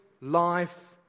life